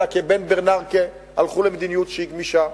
אלא כבן ברננקי הלכו למדיניות שהיא גמישה.